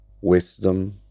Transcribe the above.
wisdom